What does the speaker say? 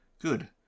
good